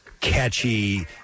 catchy